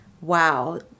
wow